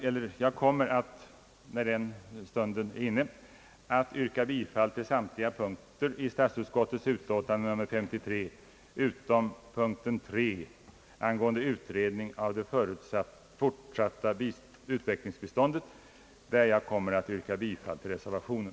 Jag kommer när stunden härför är inne att yrka bifall till vad statsutskottet hemställt i sitt utlåtande nr 53 på samtliga punkter utom punkten 3 angående utredning av det fortsatta utvecklingsbiståndet, där jag kommer att yrka bifall till reservationen.